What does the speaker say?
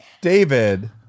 David